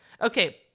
Okay